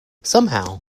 somehow